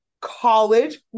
college